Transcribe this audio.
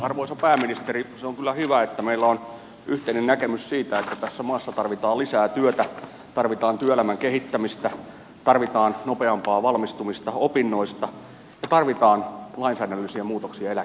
arvoisa pääministeri se on kyllä hyvä että meillä on yhteinen näkemys siitä että tässä maassa tarvitaan lisää työtä tarvitaan työelämän kehittämistä tarvitaan nopeampaa valmistumista opinnoista ja tarvitaan lainsäädännöllisiä muutoksia eläkeasioissa